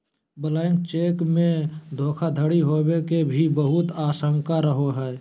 blank cheque मे धोखाधडी होवे के भी बहुत आशंका रहो हय